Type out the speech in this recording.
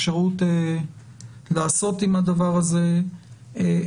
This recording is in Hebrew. אפשרות לעשות עם הדבר הזה משהו.